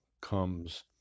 comes